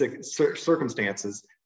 circumstances